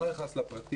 אני לא נכנס לפרטים,